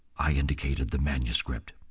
i indicated the manuscript.